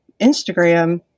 Instagram